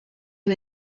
who